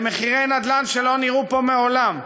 למחירי נדל"ן שלא נראו פה מעולם,